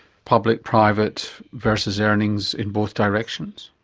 public, private, versus earnings in both directions.